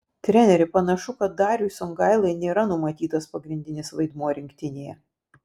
treneri panašu kad dariui songailai nėra numatytas pagrindinis vaidmuo rinktinėje